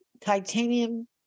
titanium